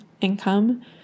income